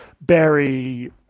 barry